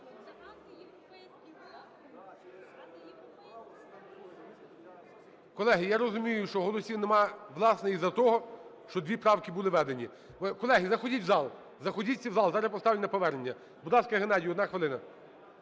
Колеги, я розумію, що голосів немає, власне, із-за того, що дві правки були введені. Колеги, заходіть в зал. Заходіть всі в зал, зараз я поставлю на повернення. Будь ласка, Геннадій, одна хвилина.